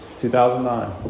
2009